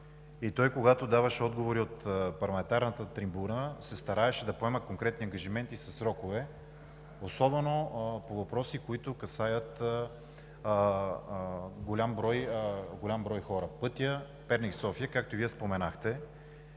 Когато той даваше отговори от парламентарната трибуна, се стараеше да поема конкретни ангажименти със срокове, особено по въпроси, които касаят голям брой хора. Пътят Перник – София, както и Вие споменахте,